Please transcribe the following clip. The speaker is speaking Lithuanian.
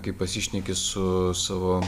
kaip pasišneki su savo